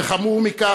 וחמור מכך,